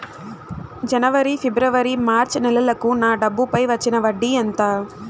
జనవరి, ఫిబ్రవరి, మార్చ్ నెలలకు నా డబ్బుపై వచ్చిన వడ్డీ ఎంత